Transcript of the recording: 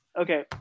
okay